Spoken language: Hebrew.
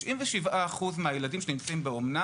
מפקח אומנה לא בדק מה מצבם של 97% מהילדים שנמצאים באומנה,